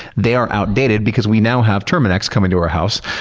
they are outdated because we now have terminix come into our house,